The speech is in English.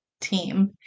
team